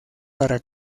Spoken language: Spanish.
para